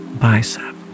bicep